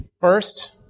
First